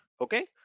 okay